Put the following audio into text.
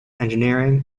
engineering